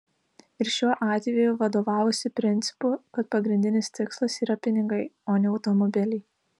ir šiuo atveju vadovavosi principu kad pagrindinis tikslas yra pinigai o ne automobiliai